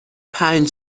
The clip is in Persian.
پنج